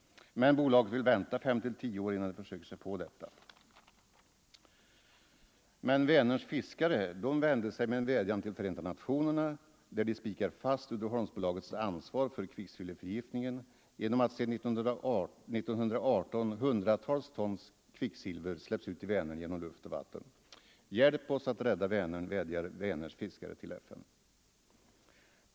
Men bolaget vill vänta fem till tio år innan det försöker sig på detta. Men Vänerns fiskare vänder sig till Förenta nationerna med en vädjan, där de spikar fast Uddeholmsbolagets ansvar för kvicksilverförgiftningen genom att sedan 1918 hundratals ton kvicksilver släppts ut i Vänern genom luft och vatten. Hjälp oss att rädda Vänern, vädjar Vänerns fiskare till FN.